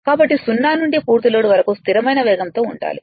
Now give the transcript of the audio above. కాబట్టి 0 నుండి పూర్తి లోడ్ వరకు స్థిరమైన వేగంతో ఉండాలి